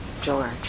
George